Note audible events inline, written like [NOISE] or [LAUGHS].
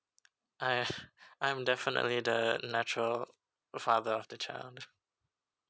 uh [LAUGHS] I'm definitely the natural father of the child